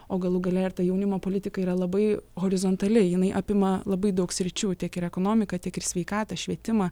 o galų gale ir ta jaunimo politika yra labai horizontali jinai apima labai daug sričių tiek ir ekonomiką tiek ir sveikatą švietimą